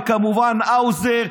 וכמובן האוזר.